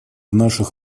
наших